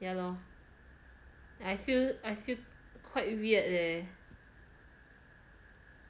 ya lor I feel I feel quite weird leh